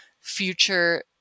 future